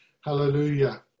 Hallelujah